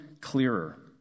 clearer